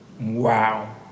Wow